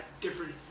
different